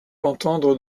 entendre